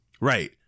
Right